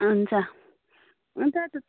हुन्छ हुन्छ त